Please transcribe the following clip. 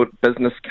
business